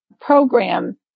program